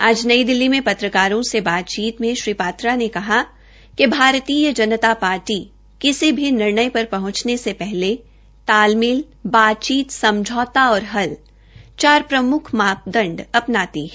आज नई दिल्ली में पत्रकारों को समबोधित करते हये श्री पात्रा ने कहा कि भारतीय जनता पार्टी किसी भी निर्णय पर पहंचने से पहले तालमेल बातचीत समझौता और हल चार प्रमुख मापदंड अपनाती है